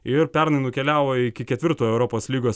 ir pernai nukeliavo iki ketvirtojo europos lygos